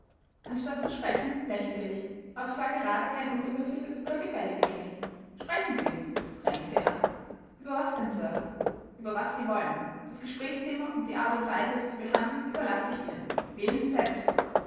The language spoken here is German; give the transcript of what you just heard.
anstatt zu sprechen lächelte ich aber es war gerade kein unterwürfiges oder gefälliges lächeln sprechen sie drängte er über was denn sir über was sie wollen das gesprächsthema und die art und weise es zu behandeln überlasse ich ihnen wählen sie selbst